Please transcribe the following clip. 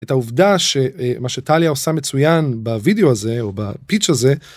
את העובדה שמה שטליה עושה מצוין בוידאו הזה או בפיצ' הזה.